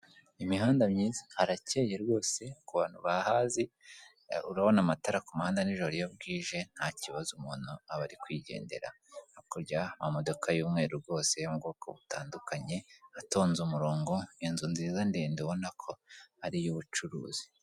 Imihanda myiza harakeye rwose ku bantu bahazi urabona amatara ku muhanda nijoro iyo bwije ntakibazo umuntu aba ari kwigendera, kujya amamodoka y'umweru rwose mu bwoko butandukaye atonze inzu nziza ndende ubona ko ari iy'ubucuruzi.